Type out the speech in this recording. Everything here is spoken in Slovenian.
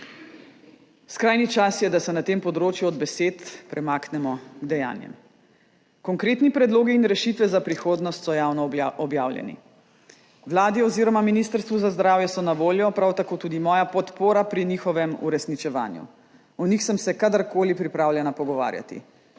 Skrajni čas je, da se na tem področju od besed premaknemo k dejanjem. Konkretni predlogi in rešitve za prihodnost so javno objavljeni, vladi oziroma Ministrstvu za zdravje so na voljo, prav tako tudi moja podpora pri njihovem uresničevanju. O njih sem se kadarkoli pripravljena pogovarjati.